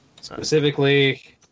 Specifically